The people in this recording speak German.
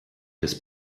des